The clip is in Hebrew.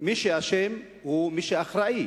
מי שאשם, הוא מי שאחראי.